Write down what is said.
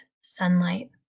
sunlight